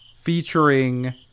featuring